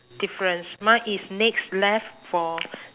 difference mine is next left for